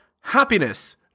happiness